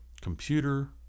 computer